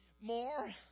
more